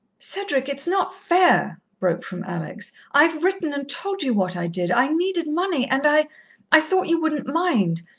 cedric, it's not fair! broke from alex. i've written and told you what i did i needed money, and i i thought you wouldn't mind.